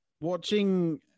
Watching